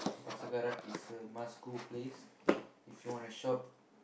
Pasar-Karat is a must to go place if you shop